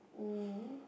um